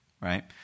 Right